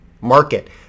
market